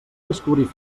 descobrir